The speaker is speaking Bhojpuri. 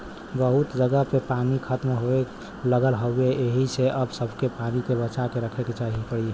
बहुते जगह से पानी खतम होये लगल हउवे एही से अब सबके पानी के बचा के रखे के पड़ी